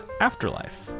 afterlife